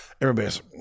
everybody's